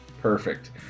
Perfect